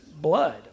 blood